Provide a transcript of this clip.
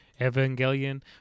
Evangelion